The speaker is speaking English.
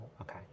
Okay